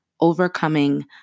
overcoming